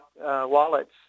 wallets